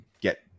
get